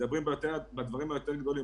מדברים בדברים היותר גדולים.